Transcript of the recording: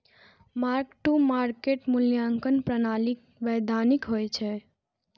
mark to market मूल्यांकन प्रणाली वैधानिक होइ छै